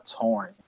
torn